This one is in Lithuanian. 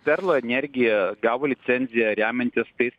perlo energija gavo licenciją remiantis tais